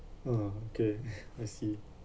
ah okay I see